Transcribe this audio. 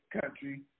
country